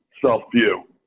self-view